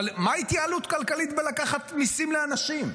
מה התייעלות כלכלית בלקחת מיסים לאנשים?